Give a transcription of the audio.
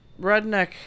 redneck